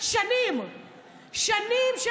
שנים של